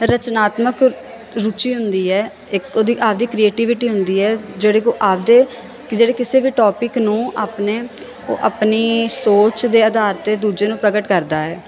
ਰਚਨਾਤਮਕ ਰੁਚੀ ਹੁੰਦੀ ਹੈ ਇੱਕ ਉਹਦੀ ਆਪਦੀ ਕ੍ਰਏਟੀਵਿਟੀ ਹੁੰਦੀ ਹੈ ਜਿਹੜੀ ਕਿ ਆਪਦੇ ਜਿਹੜੀ ਕਿਸੇ ਵੀ ਟੋਪਿਕ ਨੂੰ ਆਪਣੇ ਉਹ ਆਪਣੀ ਸੋਚ ਦੇ ਅਧਾਰ 'ਤੇ ਦੂਜੇ ਨੂੰ ਪ੍ਰਗਟ ਕਰਦਾ ਹੈ